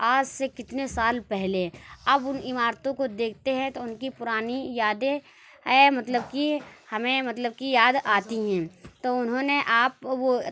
آج سے کتنے سال پہلے اب ان عمارتوں کو دیکھتے ہیں تو ان کی پرانی یادیں اے مطلب کہ ہمیں مطلب کہ یاد آتی ہیں تو انہوں نے آپ وہ